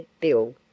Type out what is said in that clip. Bill